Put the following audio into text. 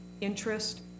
interest